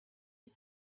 had